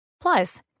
Plus